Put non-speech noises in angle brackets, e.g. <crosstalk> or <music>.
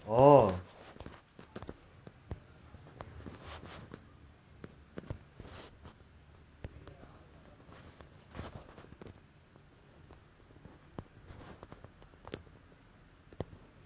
so we did cooking and <laughs> and one of it was learning the ukulele and I I I think I remember the the guy was saying playing the ukulele is actually not err difficult it's something like what you said like there's only like a few basic